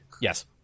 Yes